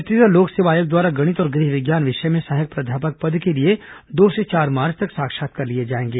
छत्तीसगढ़ लोक सेवा आयोग द्वारा गणित और गृह विज्ञान विषय में सहायक प्राध्यापक पद के लिए दो से चार मार्च तक साक्षात्कार लिए जाएंगे